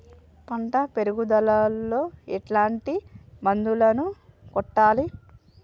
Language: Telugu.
పంట పెరుగుదలలో ఎట్లాంటి మందులను కొట్టాలి?